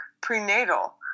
prenatal